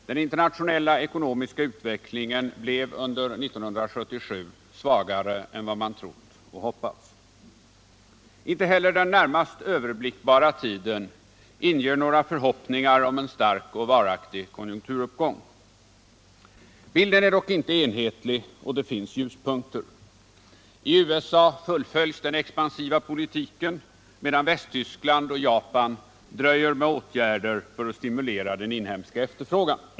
Herr talman! Den internationella ekonomiska utvecklingen blev under 1977 svagare. än vad man trott och hoppats. Inte heller den närmast överblickbara tiden inger några förhoppningar om en stark och varaktig konjunkturuppgång. Bilden är dock inte enhetlig och det finns ljuspunkter. I USA fullföljs den expansiva politiken. medan Västtyskland och Japan dröjer med åtgärder för att stimulera den inhemska efterfrågan.